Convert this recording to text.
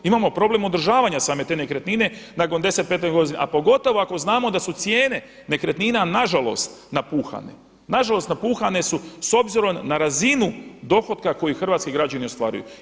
Imamo problem održavanja same te nekretnine nakon 10, 15 godina a pogotovo ako znamo da su cijene nekretnina nažalost napuhane, nažalost napuhane su s obzirom na razinu dohotka koji hrvatski građani ostvaruju.